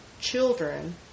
children